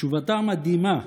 תשובתה המדהימה,